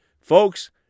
Folks